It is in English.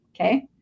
okay